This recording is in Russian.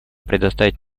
предоставить